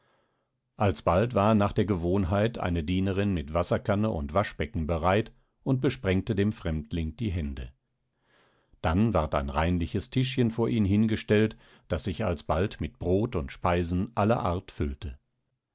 alsbald war nach der gewohnheit eine dienerin mit wasserkanne und waschbecken bereit und besprengte dem fremdling die hände dann ward ein reinliches tischchen vor ihn hingestellt das sich alsbald mit brot und speisen aller art füllte